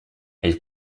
elle